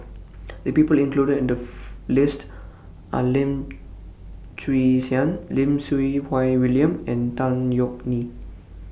The People included in The list Are Lim Chwee Chian Lim Siew Wai William and Tan Yeok Nee